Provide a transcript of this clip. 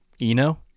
Eno